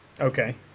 Okay